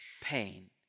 pain